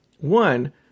One